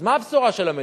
אז מה הבשורה של המדינה?